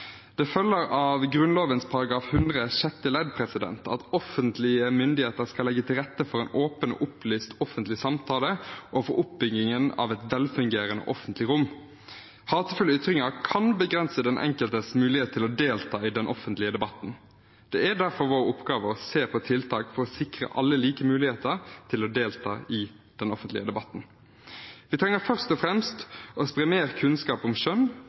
Det følger av Grunnloven § 100 sjette ledd at offentlige myndigheter skal legge til rette for en åpen og opplyst offentlig samtale og for oppbyggingen av et velfungerende offentlig rom. Hatefulle ytringer kan begrense den enkeltes mulighet til å delta i den offentlige debatten. Det er derfor vår oppgave å se på tiltak for å sikre alle like muligheter til å delta i den offentlige debatten. Vi trenger først og fremst å spre mer kunnskap om